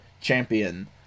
Champion